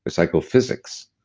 ah psychophysics,